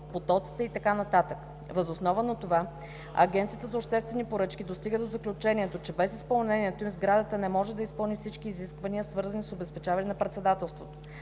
човекопотоците и така нататък. Въз основа на това Агенцията за обществени поръчки достига до заключението, че без изпълнението им сградата не може да изпълни всички изисквания, свързани с обезпечаване на Председателството.